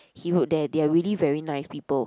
he wrote there they are really very nice people